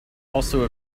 also